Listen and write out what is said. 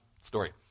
story